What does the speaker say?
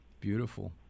Beautiful